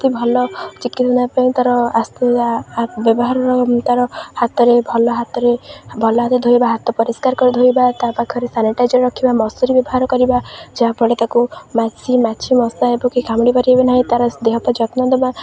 ତ ଭଲ ନେବା ପାଇଁ ତା'ର ବ୍ୟବହାରର ତା'ର ହାତରେ ଭଲ ହାତରେ ଭଲ ହାତ ଧୋଇବା ହାତ ପରିଷ୍କାର କରି ଧୋଇବା ତା' ପାଖରେ ସାନିଟାଇଜର୍ ରଖିବା ମଶୁରି ବ୍ୟବହାର କରିବା ଯାହାଫଳରେ ତାକୁ ମାଛି ମାଛି ମଶା କାମୁଡ଼ି ପାରିବେ ନାହିଁ ତା'ର ଦେହ ତ ଯତ୍ନ ଦବା